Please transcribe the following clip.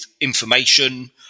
information